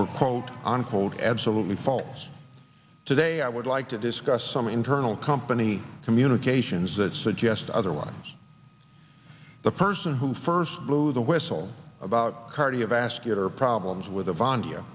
were quote unquote absolutely false today i would like to discuss some internal company communications that suggest otherwise the person who first blew the whistle about cardiovascular problems with a